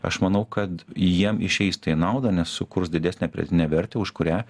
aš manau kad jiem išeis tai į naudą nes sukurs didesnę pridėtinę vertę už kurią